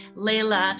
Layla